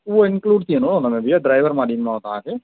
उहो इंक्लूड थी वेंदो हुन में भैया ड्राइवर मां ॾींदोमांव तव्हांखे